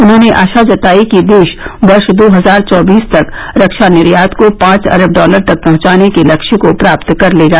उन्होंने आशा जतायी कि देश वर्ष दो हजार चौबीस तक रक्षा निर्यात को पांच अरब डॉलर तक पहुंचाने के लक्ष्य को प्राप्त कर लेगा